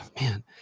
man